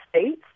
States